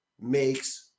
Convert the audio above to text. makes